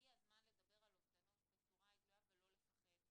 שהגיע הזמן לדבר על אובדנות בצורה גלויה ולא לפחד,